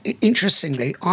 Interestingly